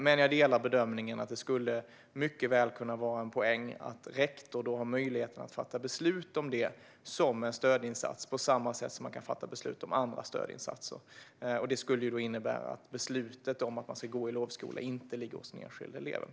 Men jag delar bedömningen att det mycket väl skulle kunna vara en poäng att rektor har möjlighet att fatta beslut om det som en stödinsats på samma sätt som man kan fatta beslut om andra stödinsatser. Det skulle innebära att beslutet om att gå i lovskola inte ligger hos den enskilda eleven.